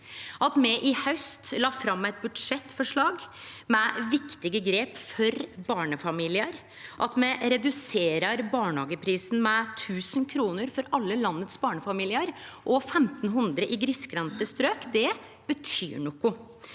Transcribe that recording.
At me i haust la fram eit budsjettforslag med viktige grep for barnefamiliar, og at me reduserer barnehageprisen med 1 000 kr for alle landets barnefamiliar og 1 500 kr i grisgrendte strøk, betyr noko.